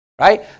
Right